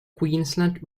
queensland